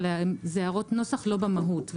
אבל אלה הערות נוסח לא במהות.